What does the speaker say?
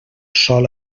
sol